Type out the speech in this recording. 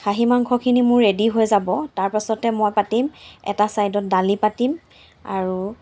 খাহী মাংসখিনি মোৰ ৰেডী হৈ যাব তাৰপাছতে মই পাতিম এটা ছাইডত দালি পাতিম আৰু